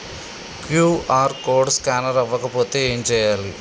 QR code scanner అవ్వకపోతే ఏం చేయాలి?